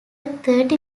thirty